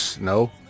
No